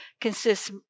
consists